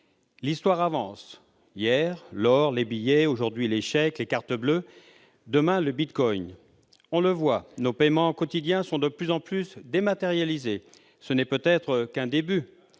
L'Histoire avance. Hier, l'or, les billets ; aujourd'hui, les chèques, les cartes bleues ; demain, le bitcoin ? On voit que nos paiements quotidiens sont de plus en plus dématérialisés. Ce n'est peut-être qu'un début.